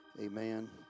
Amen